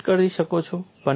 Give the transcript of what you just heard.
તમે લિસ્ટ કરી શકો છો